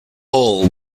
hall